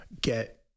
get